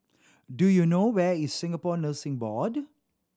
do you know where is Singapore Nursing Board